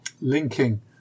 linking